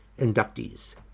inductees